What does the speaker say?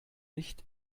nicht